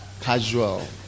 casual